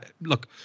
look